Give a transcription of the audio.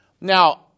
Now